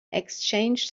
exchanged